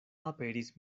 aperis